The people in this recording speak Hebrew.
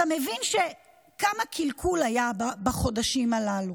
אתה מבין כמה קלקול היה בחודשים הללו.